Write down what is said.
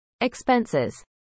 Expenses